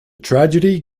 tragedy